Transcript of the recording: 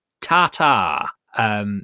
ta-ta